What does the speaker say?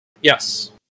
Yes